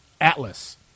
Atlas